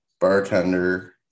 bartender